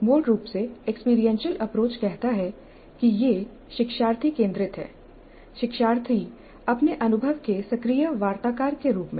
मूल रूप से एक्सपीरियंशियल अप्रोच कहता है कि यह शिक्षार्थी केंद्रित है शिक्षार्थी अपने अनुभव के सक्रिय वार्ताकार के रूप में